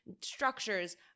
structures